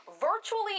virtually